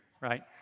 right